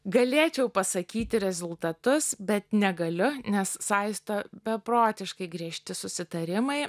galėčiau pasakyti rezultatus bet negaliu nes saisto beprotiškai griežti susitarimai